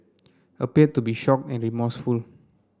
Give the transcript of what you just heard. appeared to be shocked and remorseful